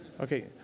okay